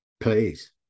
Please